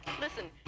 listen